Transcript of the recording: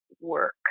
work